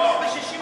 היום ב-67.